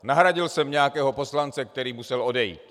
Nahradil jsem nějakého poslance, který musel odejít.